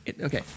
Okay